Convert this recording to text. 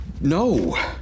No